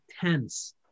tense